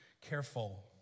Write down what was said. careful